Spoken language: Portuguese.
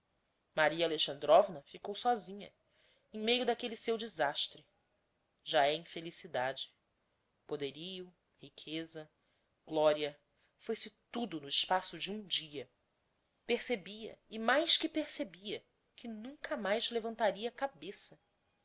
tudo maria alexandrovna ficou sósinha em meio d'aquelle seu desastre já é infelicidade poderío riqueza gloria foi-se tudo no espaço de um dia percebia e mais que percebia que nunca mais levantaria cabeça